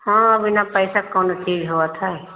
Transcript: हाँ बिना पैसा के कौनों चीज होवत है